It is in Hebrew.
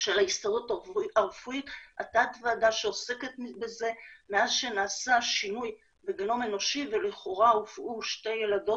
שיש להן קרוב לוודאי גם מה שנקרא עקבות גנטיות